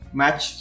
match